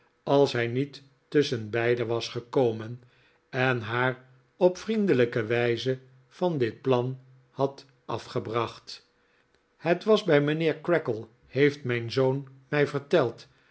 als hij niet tusschenbeide was gekomen en haar op vriendelijke wijze van dit plan had afgebracht het was bij mijnheer creakle heeft mijn zoon mij verteld